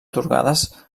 atorgades